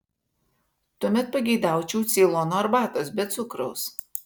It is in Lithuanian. tuomet pageidaučiau ceilono arbatos be cukraus